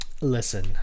listen